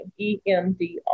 EMDR